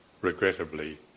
regrettably